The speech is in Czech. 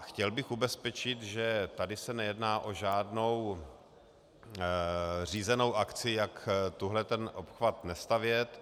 Chtěl bych ubezpečit, že tady se nejedná o žádnou řízenou akci, jak tento obchvat nestavět.